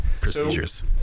procedures